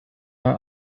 are